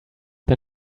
then